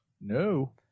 No